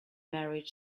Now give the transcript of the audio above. married